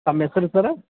ತಮ್ಮ ಹೆಸ್ರ್ ಸರ್ರ್